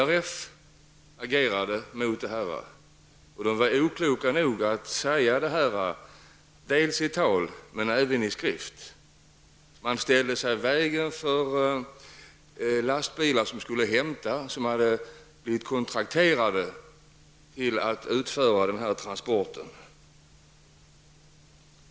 RLF agerade, och man var oklok nog att uttala sig både i tal och i skrift. Man ställde sig i vägen för lastbilar som skulle hämta och som hade blivit kontrakterade att utföra transporten.